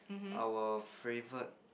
our favourite